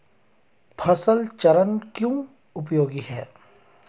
फसल चरण क्यों उपयोगी है?